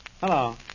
Hello